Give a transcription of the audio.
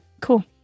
Cool